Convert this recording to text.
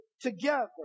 together